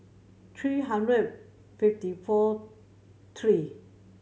three hundred fifty four three